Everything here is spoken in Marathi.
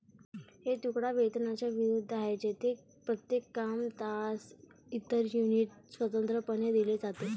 हे तुकडा वेतनाच्या विरुद्ध आहे, जेथे प्रत्येक काम, तास, इतर युनिट स्वतंत्रपणे दिले जाते